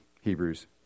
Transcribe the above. Hebrews